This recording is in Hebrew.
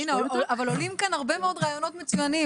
אבל עולים כאן הרבה מאוד רעיונות מצוינים,